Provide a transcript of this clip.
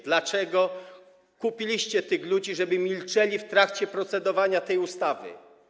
Dlaczego kupiliście tych ludzi, żeby milczeli w trakcie procedowania tej ustawy?